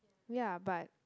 ya but